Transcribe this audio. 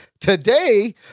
Today